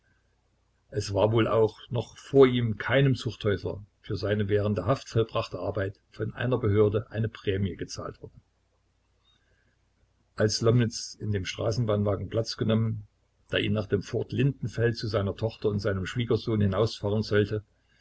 es war wohl auch noch vor ihm keinem zuchthäusler für seine während der haft vollbrachte arbeit von einer behörde eine prämie gezahlt worden als lomnitz in dem straßenbahnwagen platz genommen der ihn nach dem vorort lindenfeld zu seiner tochter und seinem schwiegersohn hinausfahren sollte